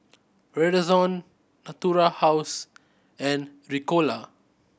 Redoxon Natura House and Ricola